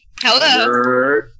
Hello